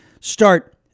start